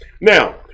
Now